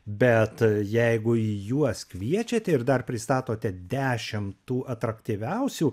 bet jeigu į juos kviečiate ir dar pristatote dešim tų atraktyviausių